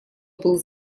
был